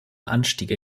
anstiege